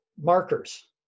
markers